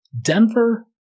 Denver